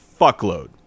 fuckload